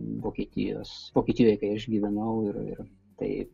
vokietijos vokietijoj išgyvenau ir taip